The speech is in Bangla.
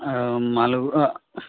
হ্যাঁ মাল